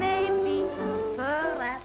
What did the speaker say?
made me laugh